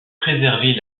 préserver